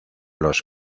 los